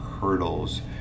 hurdles